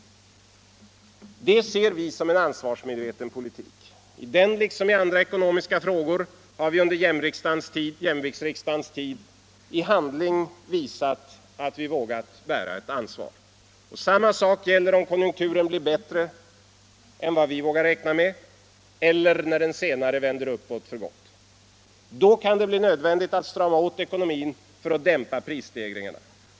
Det ser vi som en ansvarsmedveten politik. I den frågan, liksom i andra ekonomiska frågor, har vi under jämviktsriksdagens tid i handling visat att vi vågat bära ett ansvar. Samma sak gäller om konjunkturen blir bättre än vi vågar räkna med eller när den senare vänder uppåt för gott. Då kan det bli nödvändigt att strama åt ekonomin för att dämpa prisstegringarna.